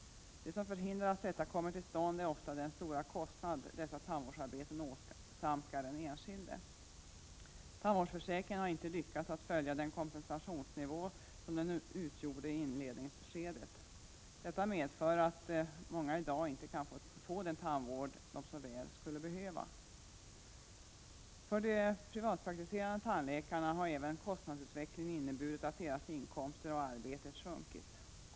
Det som förhindrar att dessa arbeten utförs är ofta den stora kostnad de tandvårdsarbetena åsamkar den enskilde. Tandvårdsförsäkringen har inte lyckats bibehålla den kompensationsnivå som den hade i inledningsskedet. Det medför att många i dag inte kan få den tandvård de så väl skulle behöva. För de privatpraktiserande tandläkarna har kostnadsutvecklingen också inneburit att deras inkomster av arbetet har minskat.